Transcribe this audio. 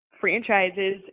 franchises